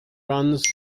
runs